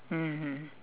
mmhmm